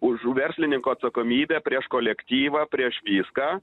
už verslininko atsakomybę prieš kolektyvą prieš viską